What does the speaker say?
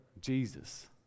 Jesus